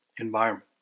environment